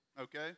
okay